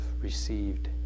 received